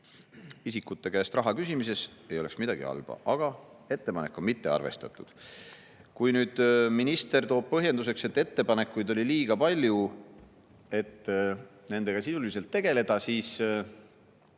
ülalpidamise kulud – ei oleks midagi halba. Aga ettepanekut ei ole arvestatud. Kui nüüd minister toob põhjenduseks, et ettepanekuid oli liiga palju, et nendega sisuliselt tegeleda, siis